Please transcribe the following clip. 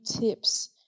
tips